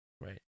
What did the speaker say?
Right